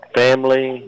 family